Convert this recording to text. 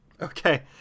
Okay